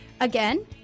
Again